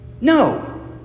no